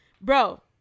Bro